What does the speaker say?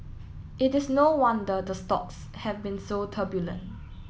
it is no wonder the stocks have been so turbulent